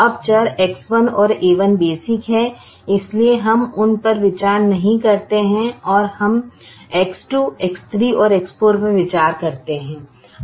अब चर X1 और a1 बेसिक हैं इसलिए हम उन पर विचार नहीं करते हैं हम X2 X3 और X4 पर विचार करते हैं